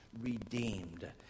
redeemed